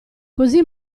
così